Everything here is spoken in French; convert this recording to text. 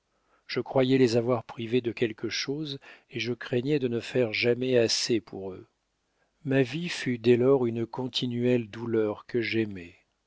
je croyais les avoir privés de quelque chose et je craignais de ne faire jamais assez pour eux ma vie fut dès lors une continuelle douleur que j'aimais